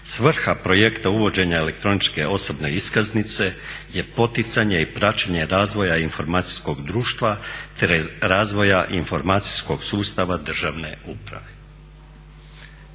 "Svrha projekta uvođenja elektroničke osobne iskaznice je poticanje i praćenje razvoja informacijskog društva te razvoja informacijskoj sustava državne uprave.".